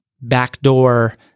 backdoor